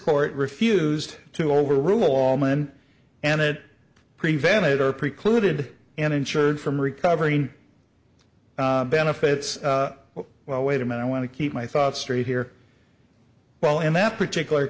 court refused to overrule all men and it prevented her precluded and ensured from recovering benefits well wait a minute i want to keep my thoughts straight here well in that particular